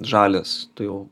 žalias tu jau